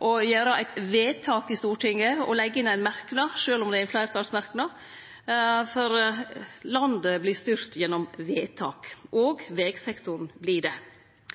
å gjere eit vedtak i Stortinget og å leggje inn ein merknad, sjølv om det er ein fleirtalsmerknad, for landet vert styrt gjennom vedtak – òg vegsektoren vert det. Senterpartiet løftar vegbygging, hamner og